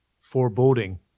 foreboding